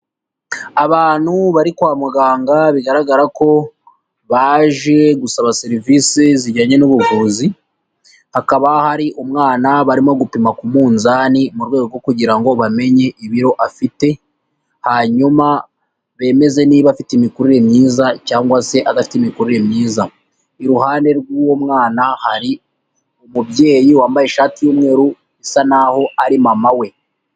Abantu bari kwa muganga bigaragara ko baje gusaba serivisi zijyanye n'ubuvuzi, hakaba hari umwana barimo gupima ku munzani mu rwego kugira ngo bamenye ibiro afite, hanyuma bemeze niba afite imikurire myiza cyangwa se adafite imikurire myiza. Iruhande rw'uwo mwana hari umubyeyi wambaye ishati y'umweru, bisa naho ari mama we.